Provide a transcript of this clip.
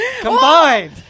Combined